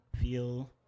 feel